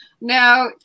now